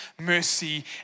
mercy